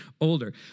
older